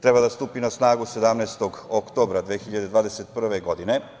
treba da stupi na snagu 17. oktobra 2021. godine.